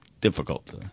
difficult